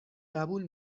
قبول